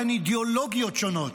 אידיאולוגיות שונות.